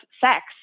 sex